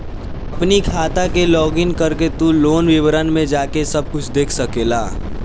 अपनी खाता के लोगइन करके तू लोन विवरण में जाके सब कुछ देख सकेला